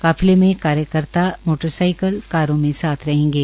काफिले में कार्यकर्ता मोटर साईकिल कारों में साथ रहेंगे